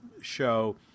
show